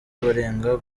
barenga